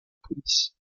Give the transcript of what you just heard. police